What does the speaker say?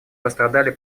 пострадали